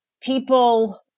people